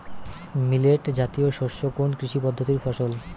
Millet জাতীয় শস্য কোন কৃষি পদ্ধতির ফসল?